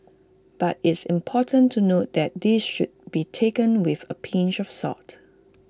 but it's important to note that this should be taken with A pinch of salt